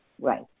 right